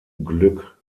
glück